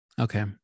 okay